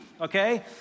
Okay